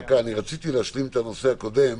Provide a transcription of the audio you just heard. דקה, אני רוצה להשלים את הנושא הקודם,